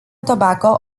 tobacco